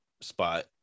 spot